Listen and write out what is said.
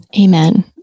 Amen